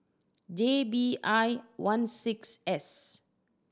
J B I one six S